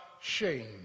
shame